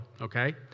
okay